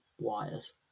wires